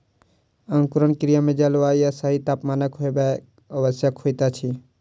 अंकुरण क्रिया मे जल, वायु आ सही तापमानक होयब आवश्यक होइत अछि